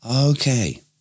Okay